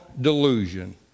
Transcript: delusion